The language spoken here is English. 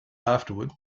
afterward